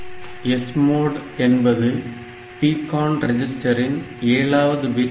SMOD என்பது PCON ரெஜிஸ்டரின் ஏழாவது பிட் ஆகும்